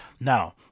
now